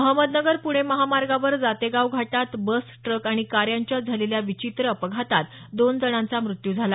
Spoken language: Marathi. अहमदनगर पुणे महामार्गावर जातेगाव घाटात बस ट्रक आणि कार यांच्यात झालेल्या विचित्र अपघातात दोन जणांचा मृत्यू झाला